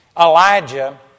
Elijah